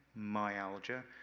myalgia,